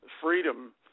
Freedom